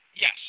yes